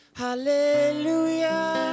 hallelujah